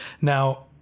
Now